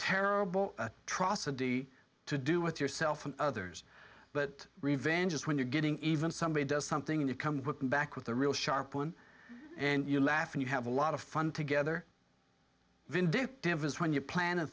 terrible atrocity to do with yourself and others but revenge is when you're getting even somebody does something and you come back with a real sharp one and you laugh and you have a lot of fun together vindictiveness when you plan